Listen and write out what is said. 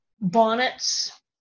bonnets